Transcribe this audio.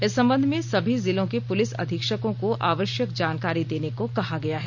इस संबंध में सभी जिलों के पुलिस अधीक्षकों को आव यक जानकारी देने को कहा गया है